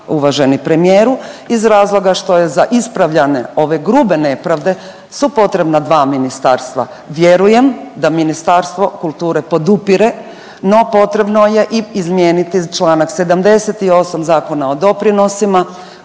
uvaženi premijeru iz razloga što je za ispravljanje ove grube nepravde su potrebna dva ministarstva. Vjerujem da Ministarstvo kulture podupire, no potrebno je i izmijeniti članak 78. Zakona o doprinosima